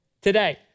today